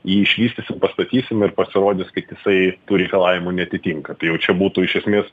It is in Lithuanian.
jį išvystysim pastatysim ir pasirodys kad jisai reikalavimų neatitinka tai jau čia būtų iš esmės